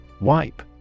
Wipe